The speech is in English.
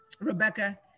Rebecca